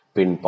Pin